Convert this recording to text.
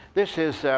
this is